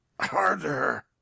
harder